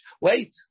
Wait